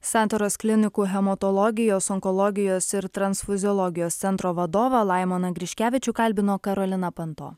santaros klinikų hematologijos onkologijos ir transfuziologijos centro vadovą laimoną griškevičių kalbino karolina panto